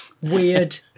Weird